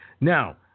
Now